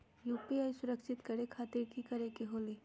UPI सुरक्षित करे खातिर कि करे के होलि?